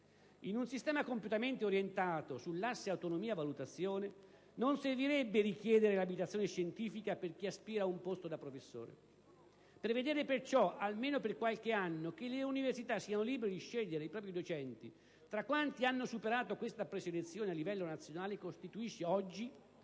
in un sistema compiutamente orientato sull'asse autonomia-valutazione non servirebbe richiedere l'abilitazione scientifica per chi aspira a un posto da professore. Prevedere, perciò, almeno per qualche anno, che le università siano libere di scegliere i propri docenti tra quanti hanno superato questa preselezione a livello nazionale costituisce oggi